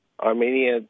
Armenia